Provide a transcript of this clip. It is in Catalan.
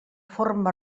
forma